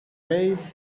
made